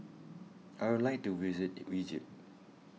I would like to visit Egypt